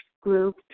group